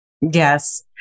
Yes